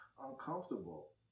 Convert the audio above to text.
uncomfortable